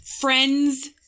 friends